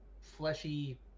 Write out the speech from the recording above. fleshy